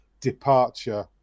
departure